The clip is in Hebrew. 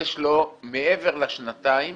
יש לו מעבר לשנתיים